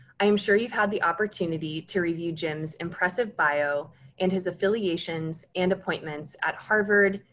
i'm sure you've had the opportunity to review jim's impressive bio and his affiliations and appointments at harvard,